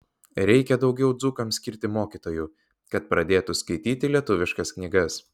reikia daugiau dzūkams skirti mokytojų kad pradėtų skaityti lietuviškas knygas